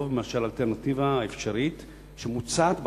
מאשר האלטרנטיבה האפשרית שמוצעת בחוק,